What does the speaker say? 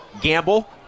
gamble